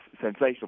sensational